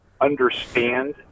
understand